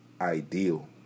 ideal